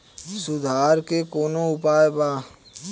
सुधार के कौनोउपाय वा?